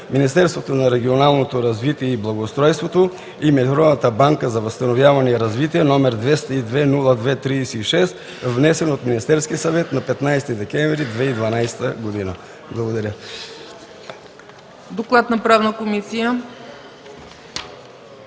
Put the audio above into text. Министерството на регионалното развитие и благоустройството и Международната банка за възстановяване и развитие, № 202-02-36, внесен от Министерския съвет на 15 декември 2012 г.” Благодаря. ПРЕДСЕДАТЕЛ ЦЕЦКА